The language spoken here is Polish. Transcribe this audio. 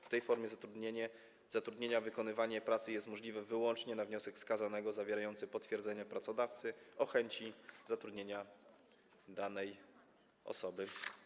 W tej formie zatrudnienia wykonywanie pracy jest możliwe wyłącznie na wniosek skazanego, zawierający potwierdzenia pracodawcy o chęci zatrudnienia danej osoby.